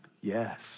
Yes